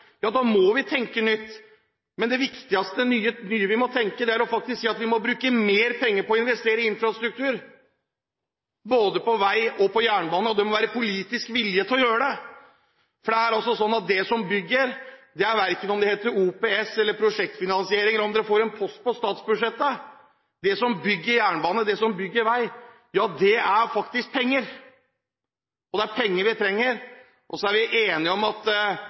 Da må vi tenke nytt. Men det viktigste nye vi må tenke, er å bruke mer penger på å investere i infrastruktur, både på vei og på jernbane, og det må være politisk vilje til å gjøre det. For det er altså sånn at det som bygger jernbane, og det som bygger vei, verken er om det heter OPS eller prosjektfinansiering, eller om det får en post på statsbudsjettet – det er penger, og det er penger vi trenger. Så er vi enige om at